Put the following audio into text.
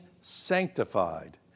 sanctified